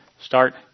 Start